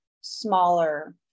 smaller